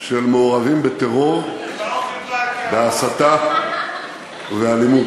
של מעורבים בטרור, בהסתה ובאלימות.